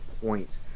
points